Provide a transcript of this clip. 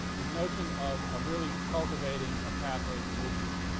the notion of ah really cultivating a pathways movement